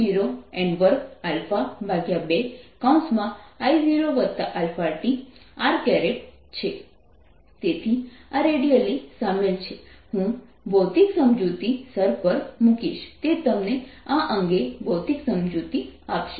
E 0nαR2 S ER0 0n22 I0αtr તેથી આ radially સામેલ છે હું ભૌતિક સમજૂતી સર પર મૂકીશ તે તમને આ અંગે ભૌતિક સમજૂતી આપશે